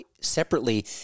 separately